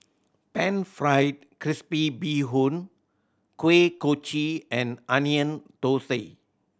Pan Fried Crispy Bee Hoon Kuih Kochi and Onion Thosai